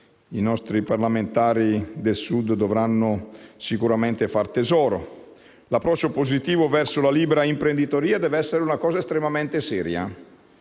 i nostri parlamentari del Sud dovranno sicuramente farne tesoro. L'approccio positivo verso la libera imprenditoria e verso la produzione deve essere estremamente serio.